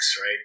right